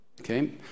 Okay